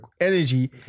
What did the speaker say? energy